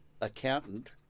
Accountant